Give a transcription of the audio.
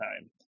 time